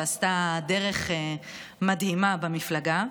ועשתה דרך מדהימה במפלגה,